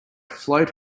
float